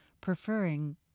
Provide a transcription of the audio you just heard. preferring